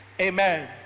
Amen